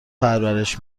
پرورش